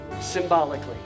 symbolically